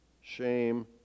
Shame